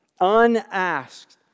Unasked